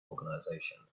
organization